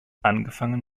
angefangen